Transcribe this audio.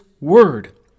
Word